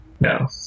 No